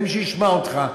אין מי שישמע אותך.